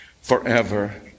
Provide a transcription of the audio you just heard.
Forever